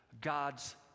God's